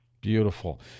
Beautiful